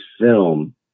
film